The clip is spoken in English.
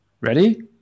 Ready